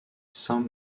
saint